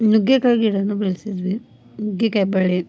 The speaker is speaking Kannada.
ನುಗ್ಗೆಕಾಯಿ ಗಿಡನು ಬೆಳೆಸಿದ್ವಿ ನುಗ್ಗೆಕಾಯಿ ಬೆಳೆ